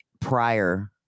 prior